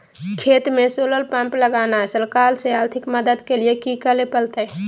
खेत में solar pump लगाना है, सरकार से आर्थिक मदद के लिए की करे परतय?